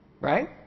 Right